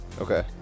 Okay